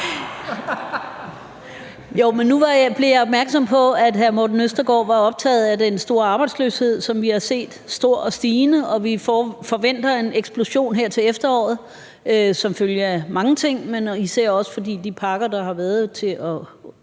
Nu blev jeg opmærksom på, at hr. Morten Østergaard var optaget af den store og stigende arbejdsløshed, vi har set, og vi forventer en eksplosion her til efteråret som følge af mange ting, men især fordi de pakker, der har været til at